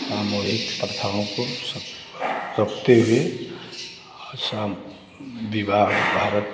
सामूहिक प्रथाओं को सब रखते हुए और सम विवाह भारत